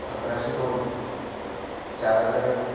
सतराशे दोन चार हजार एक